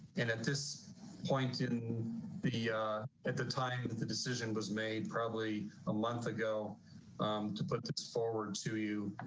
and at this point in the at the time that the decision was made, probably a month ago to put this forward to you.